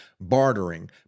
bartering